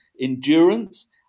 endurance